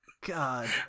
God